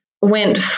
went